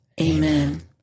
Amen